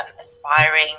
aspiring